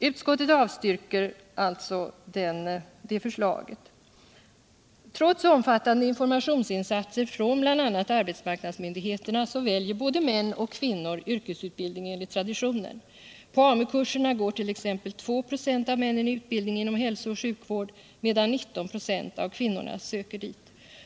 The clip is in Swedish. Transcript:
Utskottet avstyrker alltså förslaget. Trots omfattande informationsinsatser från bl.a. arbetsmarknadsmyndigheterna väljer både män och kvinnor yrkesutbildning enligt traditionen. På AMU-kurserna går t.ex. 2 96 av männen i utbildningen inom hälsooch sjukvård, medan 19 96 av kvinnorna söker dit.